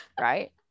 right